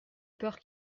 peur